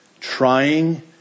Trying